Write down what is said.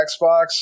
Xbox